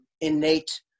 innate